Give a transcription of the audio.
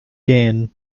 gain